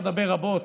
רבות,